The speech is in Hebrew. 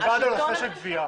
מלבד הנושא של גבייה.